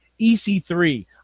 EC3